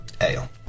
Ale